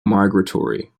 migratory